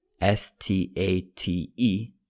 S-T-A-T-E